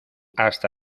hasta